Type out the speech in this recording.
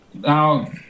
Now